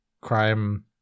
crime